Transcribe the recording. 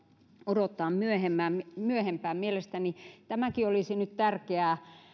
odottaa myöhempään myöhempään mielestäni tämäkin olisi nyt tärkeää